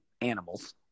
animals